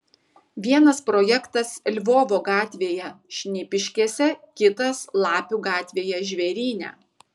vienas projektas lvovo gatvėje šnipiškėse kitas lapių gatvėje žvėryne